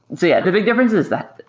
so yeah, the big difference is that,